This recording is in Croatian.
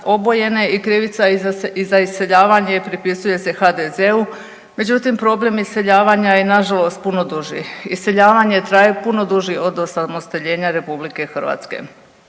obojene i krivica je i za iseljavanje pripisuje se HDZ-u. Međutim, problem iseljavanja je nažalost puno duži. Iseljavanje traje puno duži od osamostaljenje RH.